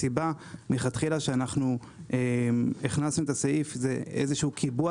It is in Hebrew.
הסיבה מלכתחילה שאנחנו הכנסנו את הסעיף זה איזה שהוא קיבוע